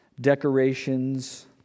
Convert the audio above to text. decorations